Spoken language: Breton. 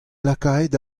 lakaet